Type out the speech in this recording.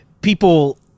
people